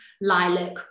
lilac